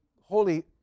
holy